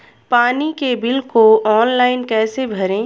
पानी के बिल को ऑनलाइन कैसे भरें?